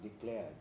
declared